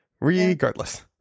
Regardless